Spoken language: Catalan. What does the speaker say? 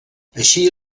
així